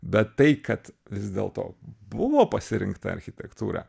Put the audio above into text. bet tai kad vis dėlto buvo pasirinkta architektūra